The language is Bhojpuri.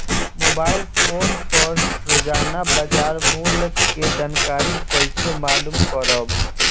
मोबाइल फोन पर रोजाना बाजार मूल्य के जानकारी कइसे मालूम करब?